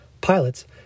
Pilots